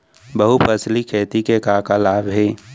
बहुफसली खेती के का का लाभ हे?